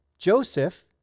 Joseph